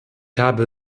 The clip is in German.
habe